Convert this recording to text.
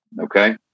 Okay